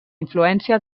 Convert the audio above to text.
influència